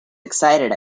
excited